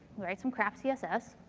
we write some crap css.